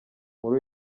muri